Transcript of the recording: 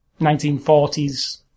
1940s